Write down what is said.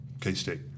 K-State